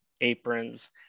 aprons